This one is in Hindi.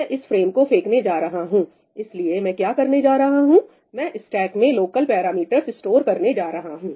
मैं इस फ्रेम को फेंकने जा रहा हूं इसलिए मैं क्या करने जा रहा हूं मैं स्टेक में लोकल पैरामीटर्स स्टोर करने जा रहा हूं